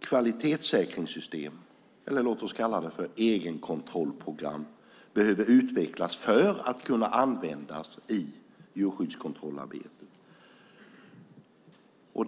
kvalitetssäkringssystem, egenkontrollprogram, behöver utvecklas för att användas i djurskyddskontrollarbetet.